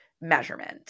measurement